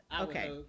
okay